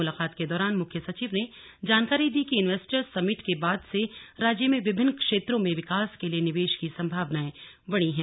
मुलाकात के दौरान मुख्य सचिव ने जानकारी दी कि इन्वेस्टर्स समिट के बाद से राज्य में विभिन्न क्षेत्रों में विकास के लिए निवेश की संभावनाएं बढ़ी हैं